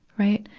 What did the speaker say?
right.